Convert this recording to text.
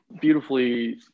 beautifully